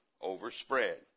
overspread